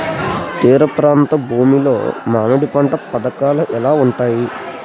తీర ప్రాంత భూమి లో మామిడి పంట పథకాల ఎలా ఉంటుంది?